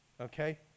okay